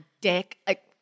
dick